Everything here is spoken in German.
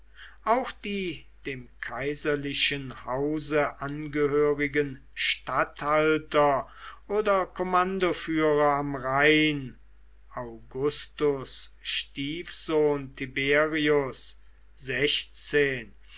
und die dem kaiserlichen hause angehörigen statthalter oder kommandoführer am rhein augustus stiefsohn tiberius